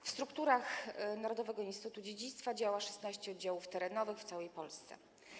W strukturach Narodowego Instytutu Dziedzictwa działa 16 oddziałów terenowych w całej Polsce.